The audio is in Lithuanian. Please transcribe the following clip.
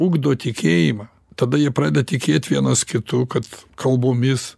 ugdo tikėjimą tada jie pradeda tikėt vienas kitu kad kalbomis